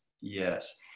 yes